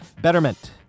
Betterment